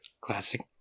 Classic